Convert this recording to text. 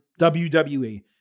WWE